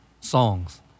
songs